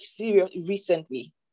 recently